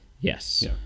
yes